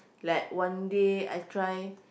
like one day I try like